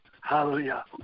hallelujah